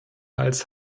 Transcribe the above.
als